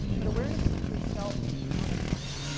but awareness onto itself is not enough,